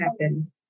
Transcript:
happen